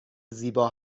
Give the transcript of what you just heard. زیبا